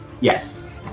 Yes